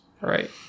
Right